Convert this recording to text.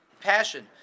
passion